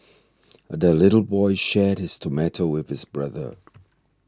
the little boy shared his tomato with his brother